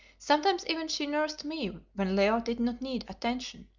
sometimes even she nursed me when leo did not need attention,